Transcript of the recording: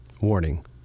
Warning